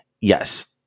Yes